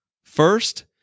First